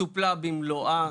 טופלה במלואה.